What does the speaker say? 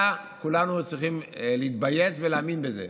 כולנו צריכים להתביית ולהאמין בזה.